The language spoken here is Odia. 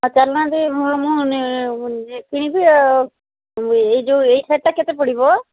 ଆଉ ଚାଲୁ ନାହାନ୍ତି ମୁଁ ମୁଁ କିଣିବି ଏହି ଯେଉଁ ଏହି ଶାଢ଼ୀଟା କେତେ ପଡ଼ିବ